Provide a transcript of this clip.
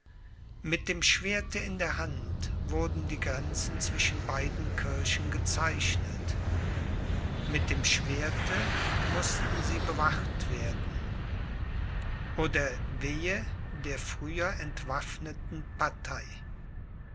mit dem schwerte in der hand wurden die grenzen zwischen beiden kirchen gezeichnet mit dem schwerte mußten sie bewacht werden oder wehe der früher entwaffneten partei